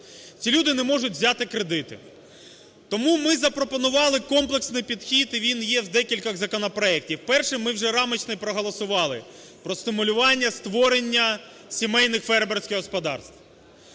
Ці люди не можуть взяти кредити. Тому ми запропонували комплексний підхід, і він є в декількох законопроектах. Перший ми вже, рамочний, проголосували: про стимулювання створення сімейних фермерських господарств.